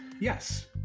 yes